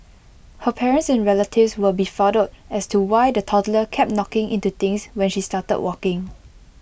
her parents and relatives were befuddled as to why the toddler kept knocking into things when she started walking